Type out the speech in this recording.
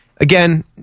again